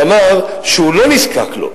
שאמר שהוא לא נזקק לו,